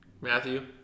Matthew